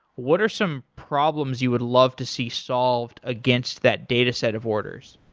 what are some problems you would love to see solved against that dataset of orders?